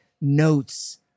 notes